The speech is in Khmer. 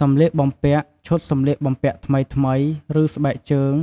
សម្លៀកបំពាក់ ឈុតសម្លៀកបំពាក់ថ្មីៗ ឬ ស្បែកជើង